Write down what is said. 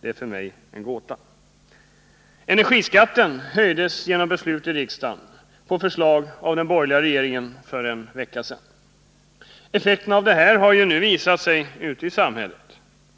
Det är en gåta. Energiskatten höjdes genom beslut i riksdagen, på förslag av den borgerliga regeringen, för en vecka sedan. Effekterna av detta har nu visat sig ute i samhället.